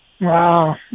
Wow